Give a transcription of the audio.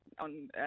on